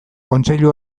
kontseilu